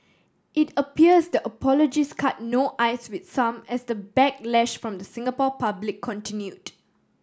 it appears the apologies cut no ice with some as the backlash from the Singapore public continued